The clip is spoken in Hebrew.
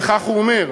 וכך הוא אומר: